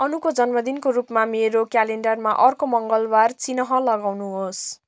अनुको जन्मदिनको रूपमा मेरो क्यालेन्डरमा अर्को मङ्गलबार चिन्ह लगाउनुहोस्